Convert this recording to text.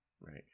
right